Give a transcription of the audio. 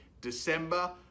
December